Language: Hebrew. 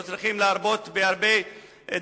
לא צריכים להרבות בדברים,